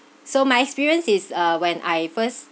so my experience is uh when I first